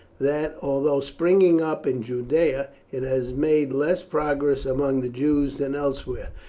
that although springing up in judaea, it has made less progress among the jews than elsewhere,